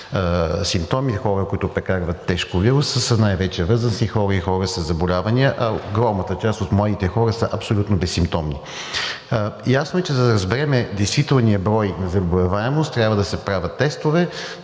хора, които прекарват тежко вируса, са най-вече възрастни хора и хора със заболявания, а огромната част от младите хора са абсолютно безсимптомни. Ясно е, че за да разберем действителния брой на заболеваемост, трябва да се правят тестове.